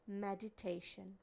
meditation